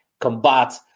combat